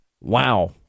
Wow